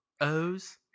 O's